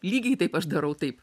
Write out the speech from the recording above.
lygiai taip aš darau taip